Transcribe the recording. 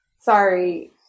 sorry